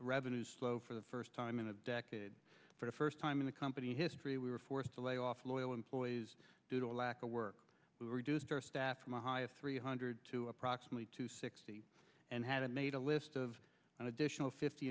revenues slow for the first time in a decade for the first time in the company history we were forced to lay off loyal employees due to a lack of work we reduced our staff from a high of three hundred to approximately two sixty and had made a list of an additional fifty